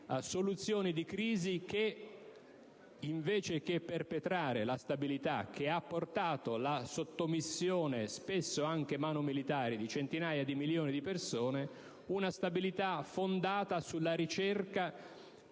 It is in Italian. soluzioni di crisi che invece che perpetuare la stabilità che ha portato la sottomissione, spesso anche *manu militari*, di centinaia di milioni di persone (una stabilità fondata sulla ricerca